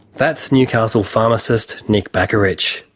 that's newcastle pharmacist nick bakarich.